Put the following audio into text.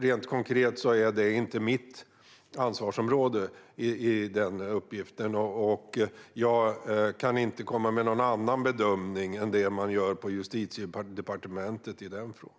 Rent konkret ligger den uppgiften inte inom mitt ansvarsområde, och jag kan inte komma med någon annan bedömning än den man gör på Justitiedepartementet i den frågan.